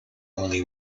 only